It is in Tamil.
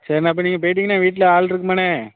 சரிண்ணே அப்போ நீங்கள் போய்ட்டிங்கனால் வீட்டில் ஆள் இருக்குமாண்ணே